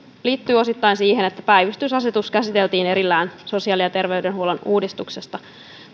liittyy osittain siihen että päivystysasetus käsiteltiin erillään sosiaali ja terveydenhuollon uudistuksesta